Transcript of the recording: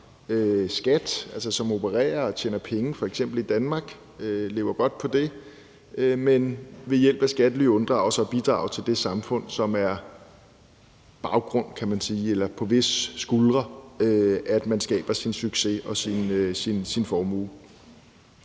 altså som opererer og tjener penge, f.eks. i Danmark, og lever godt på det, men ved hjælp af skattely unddrager sigat bidrage til det samfund, på hvis skuldre man skaber sin succes og sin formue.